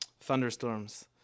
thunderstorms